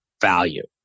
value